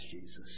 Jesus